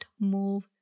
move